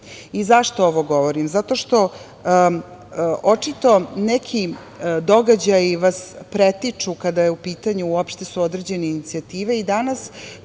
ovo govorim? Zato što očito neki događaji vas pretiču kada su u pitanju uopšte određene inicijative i danas